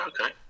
okay